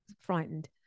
frightened